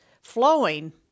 flowing